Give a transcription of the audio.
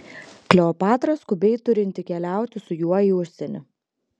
kleopatra skubiai turinti keliauti su juo į užsienį